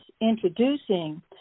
introducing